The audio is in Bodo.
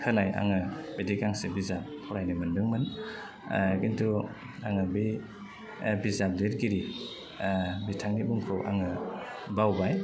होनाय आङो बिदि गांसे बिजाब फरायनो मोनदोंमोन खिन्थु आङो बै बिजाब लिरगिरि बिथांनि मुंखौ आङो बावबाय